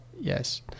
Yes